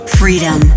freedom